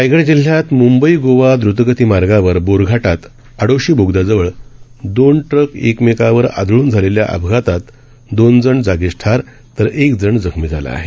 रायगड जिल्ह्यातल्या मुंबई गोवा द्रतगती मार्गावर बोरघाटात आडोशी बोगदयाजवळ दोन ट्रक एकामेकावर आदळून झालेल्या अपघातात दोन जण जागीच ठार तर एक जण जखमी झाला आहे